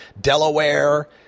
Delaware